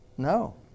No